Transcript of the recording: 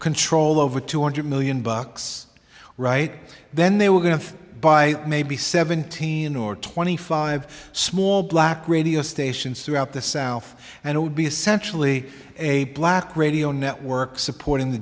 control over two hundred million bucks right then they were going to buy maybe seventeen or twenty five small black radio stations throughout the south and it would be essentially a black radio network supporting the